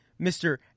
Mr